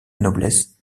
noblesse